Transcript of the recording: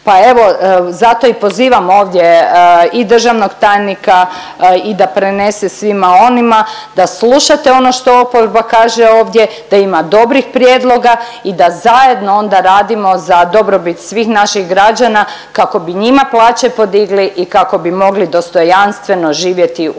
Pa evo zato i pozivam ovdje i državnog tajnika i da prenese svima onima da slušate ono što oporba kaže ovdje, da ima dobrih prijedloga i da zajedno onda radimo na dobrobit svih naših građana kako bi njima plaće podigli i kako bi mogli dostojanstveno živjeti u